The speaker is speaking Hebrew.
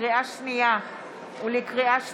לקריאה שנייה ולקריאה שלישית: